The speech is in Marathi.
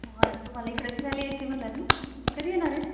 ह तुम्हाला इकडशी आली यायचे म्हणालात ना कधी येणार आहे